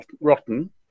rotten